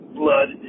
blood